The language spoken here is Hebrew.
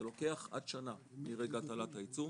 זה לוקח עד שנה, מרגע הטלת העיצום.